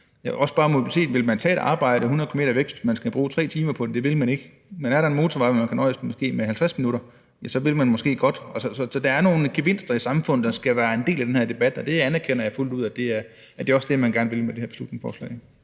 til mobilitet: Vil man tage et arbejde 100 km væk, hvis man skal bruge 3 timer på det? Det vil man ikke, men er der en motorvej, hvor man måske kan nøjes med 50 minutter, ja, så vil man måske godt. Så der er nogle gevinster i samfundet, der skal være en del af den her debat, og jeg anerkender fuldt ud, at det også er det, man gerne vil med det her beslutningsforslag.